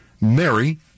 Mary